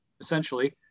essentially